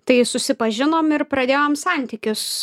tai susipažinom ir pradėjom santykius